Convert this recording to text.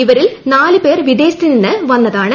ഇവരിൽ നാല് പേർ പ്രിദ്ധേശത്ത് നിന്നു വന്നതാണ്